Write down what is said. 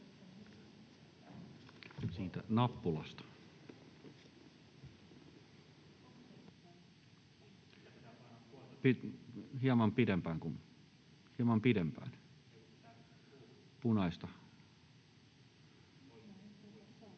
Siitä nappulasta, hieman pidempään. [Outi